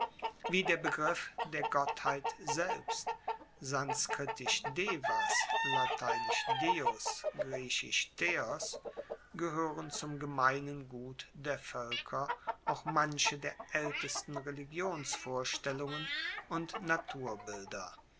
wie der begriff der gottheit selbst sanskritisch devas lateinisch deus griechisch gehoeren zum gemeinen gut der voelker auch manche der aeltesten religionsvorstellungen und